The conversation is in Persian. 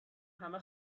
همه